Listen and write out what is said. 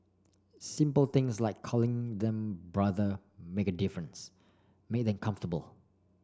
simple things like calling them brother make a difference make them comfortable